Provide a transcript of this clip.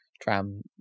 tram